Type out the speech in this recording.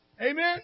Amen